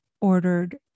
ordered